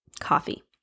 coffee